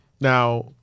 Now